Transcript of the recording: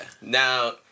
Now